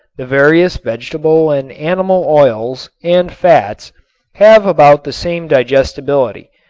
the various vegetable and animal oils and fats have about the same digestibility,